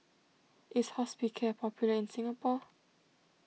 is Hospicare popular in Singapore